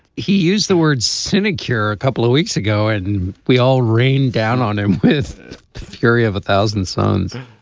he used the word sinecure a couple of weeks ago and we all rain down on him with fury of a thousand suns